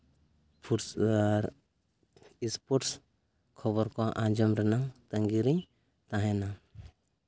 ᱟᱨ sports ᱠᱷᱚᱵᱚᱨ ᱠᱚ ᱟᱸᱡᱚᱢ ᱨᱮᱱᱟᱜ ᱛᱟᱺᱜᱤᱨᱮ ᱛᱟᱦᱮᱱᱟ